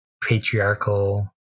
patriarchal